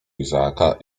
izaaka